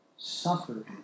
suffered